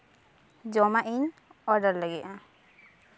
ᱡᱚᱢᱟᱜ ᱤᱧ ᱚᱰᱟᱨ ᱞᱟᱹᱜᱤᱫᱼᱟ